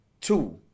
Two